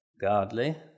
godly